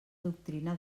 doctrina